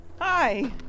Hi